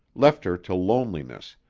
left her to loneliness,